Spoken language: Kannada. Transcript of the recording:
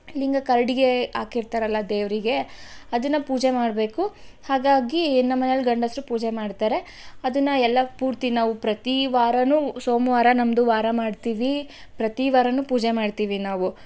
ಲಿಂಗ ಕರಡಿಗೆ ಹಾಕಿರ್ತಾರಲ್ಲ ದೇವರಿಗೆ ಅದನ್ನು ಪೂಜೆ ಮಾಡಬೇಕು ಹಾಗಾಗಿ ನಮ್ಮನೇಲಿ ಗಂಡಸರು ಪೂಜೆ ಮಾಡ್ತಾರೆ ಅದನ್ನು ಎಲ್ಲ ಪೂರ್ತಿ ನಾವು ಪ್ರತಿ ವಾರವು ಸೋಮವಾರ ನಮ್ಮದು ವಾರ ಮಾಡ್ತೀವಿ ಪ್ರತಿ ವಾರವು ಪೂಜೆ ಮಾಡ್ತೀವಿ ನಾವು